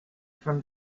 from